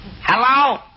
Hello